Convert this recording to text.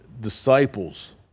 disciples